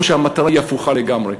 או שהמטרה היא הפוכה לגמרי?